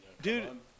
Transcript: Dude